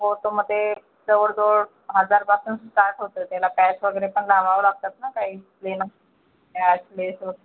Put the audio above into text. हो तर मग ते जवळजवळ हजारापासून स्टार्ट होतं त्याला पॅच वगैरे पण लावावं लागतात ना काही प्लेन नाही प्लेटवर